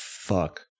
fuck